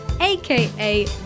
aka